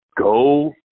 Go